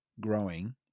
growing